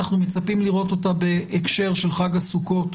אנחנו מצפים לראות אותה בהקשר של חג הסוכות